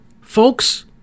Folks